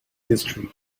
history